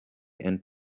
and